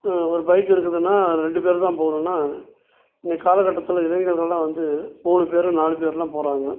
ஒரு பைக் இருக்குதுன்னால் ரெண்டு பேர் தான் போகணுன்னா இன்றைக்கி காலக்கட்டத்தில் இளைஞர்கள்லாம் வந்து மூணு பேர் நாலு பேர்லாம் போகிறாங்க